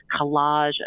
collage